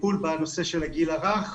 טיפול בנושא של הגיל הרך,